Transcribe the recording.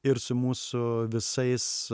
ir su mūsų visais